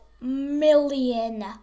million